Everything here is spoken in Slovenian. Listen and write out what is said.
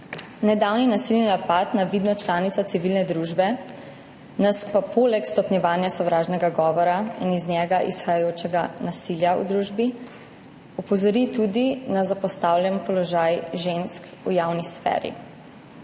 Nedavni nasilni napad na vidno članico civilne družbe nas pa poleg stopnjevanja sovražnega govora in iz njega izhajajočega nasilja v družbi opozori tudi na zapostavljen položaj žensk v javni sferi.